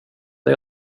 dig